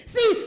See